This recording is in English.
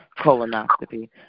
colonoscopy